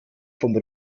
vom